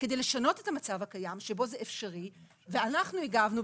כדי לשנות את המצב הקיים שבו זה אפשרי ואנחנו הגבנו,